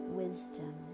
wisdom